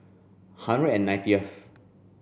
hundred and nineteenth